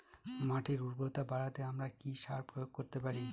মাটির উর্বরতা বাড়াতে আমরা কি সার প্রয়োগ করতে পারি?